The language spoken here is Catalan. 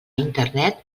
internet